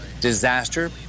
DISASTER